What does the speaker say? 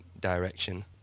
direction